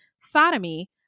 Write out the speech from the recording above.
sodomy